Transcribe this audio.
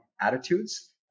attitudes